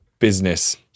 Business